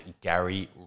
Gary